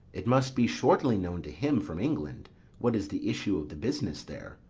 it must be shortly known to him from england what is the issue of the business there.